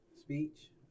speech